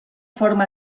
forma